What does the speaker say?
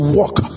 walk